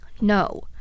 no